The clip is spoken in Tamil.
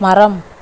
மரம்